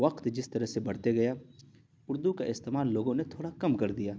وقت جس طرح سے بڑھتا گیا اردو کا استعمال لوگوں نے تھوڑا کم کر دیا